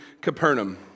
Capernaum